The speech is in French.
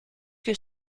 que